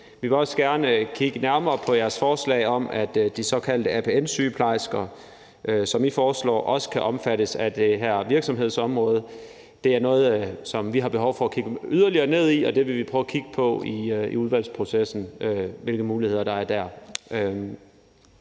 Vi vil også gerne kigge nærmere på jeres forslag om, at de såkaldte APN-sygeplejersker også kan omfattes af det her virksomhedsområde. Det er noget, som vi har behov for at kigge yderligere ned i, og vi vil prøve i udvalgsprocessen at kigge på, hvilke muligheder der er dér.